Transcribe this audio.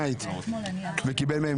אני רוצה להבהיר: אין בחוק הזה ולו רמיזה